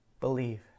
believe